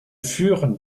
furent